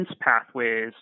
pathways